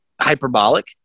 hyperbolic